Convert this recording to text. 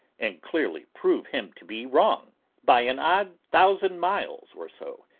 and clearly prove him to be wrong by an odd thousand miles or so.